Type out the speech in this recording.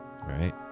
Right